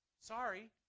sorry